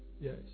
Yes